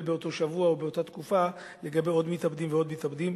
באותו שבוע או באותה תקופה לגבי עוד מתאבדים ועוד מתאבדים.